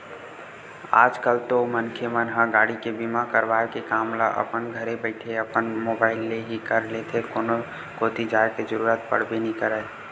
आज कल तो मनखे मन ह गाड़ी के बीमा करवाय के काम ल अपन घरे बइठे अपन मुबाइल ले ही कर लेथे कोनो कोती जाय के जरुरत पड़बे नइ करय